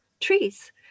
trees